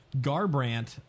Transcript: Garbrandt